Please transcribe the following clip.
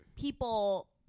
people